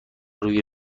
روی